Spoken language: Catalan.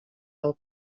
del